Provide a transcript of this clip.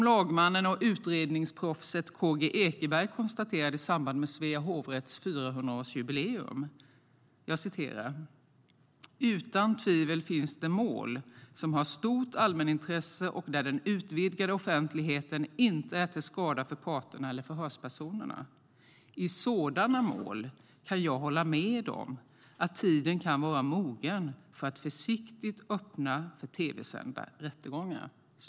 Lagmannen och utredningsproffset K-G Ekeberg konstaterade i samband med Svea hovrätts 400-årsjubileum att det utan tvivel finns mål som har stort allmänintresse och där den utvidgade offentligheten inte är till skada för parterna eller förhörspersonerna. I sådana mål kan han hålla med om att tiden kan vara mogen för att försiktigt öppna för tv-sända rättegångar.